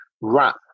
wrap